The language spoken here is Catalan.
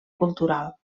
cultural